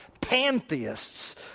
pantheists